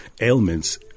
ailments